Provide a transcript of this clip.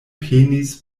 penis